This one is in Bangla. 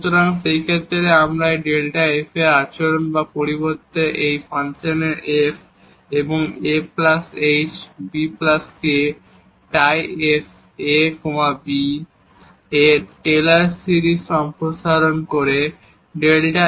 সুতরাং সেই ক্ষেত্রে আমরা এই ডেল্টা f এর আচরণ বা এর পরিবর্তে এই ফাংশনের f ah bk Tayf a b এর টেলর সিরিজ সম্প্রসারণ ব্যবহার করবো